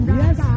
yes